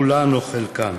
כולן או חלקן.